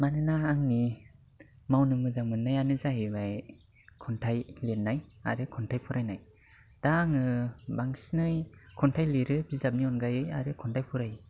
मानोना आंनि मावनो मोजां मोननायानो जाहैबाय खन्थाइ लिरनाय आरो खन्थाइ फरायनाय दा आङो बांसिनै खन्थाइ लिरो बिजाबनि अनगायै आरो खन्थाइ फरायो